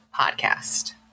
podcast